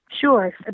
Sure